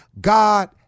God